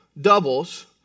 doubles